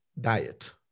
diet